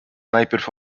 najpierw